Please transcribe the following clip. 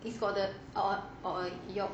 it's got the oil oil yolk